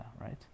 right